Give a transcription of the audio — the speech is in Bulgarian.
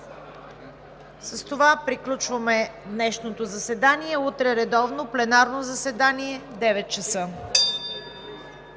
С това приключваме днешното заседание. Утре редовно пленарно заседание от